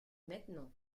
maintenant